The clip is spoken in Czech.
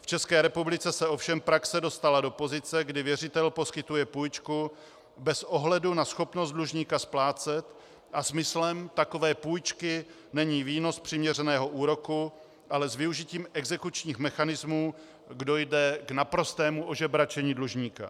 V České republice se ovšem praxe dostala do pozice, kdy věřitel poskytuje půjčku bez ohledu na schopnost dlužníka splácet a smyslem takové půjčky není výnos z přiměřeného úroku, ale s využitím exekučních mechanismů dojde k naprostému ožebračení dlužníka.